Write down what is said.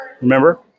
remember